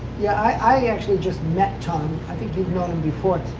yeah. i actually just met tom. i think you've met him before.